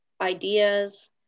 ideas